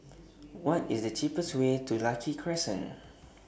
What IS The cheapest Way to Lucky Crescent